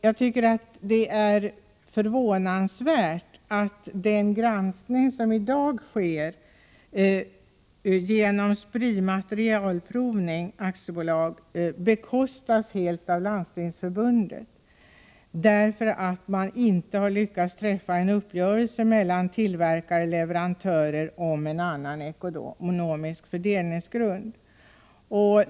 Jag tycker att det är förvånansvärt att den granskning som i dag sker genom Spri-Materialprovning AB helt bekostas av Landstingsförbundet, därför att man inte har lyckats träffa uppgörelse mellan tillverkare/ leverantörer om en annan ekonomisk fördelningsgrund.